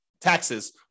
taxes